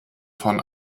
von